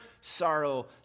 sorrow